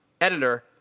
editor